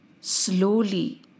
Slowly